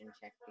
check